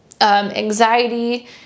anxiety